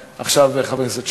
ועכשיו, חבר הכנסת שמולי,